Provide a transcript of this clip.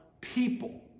people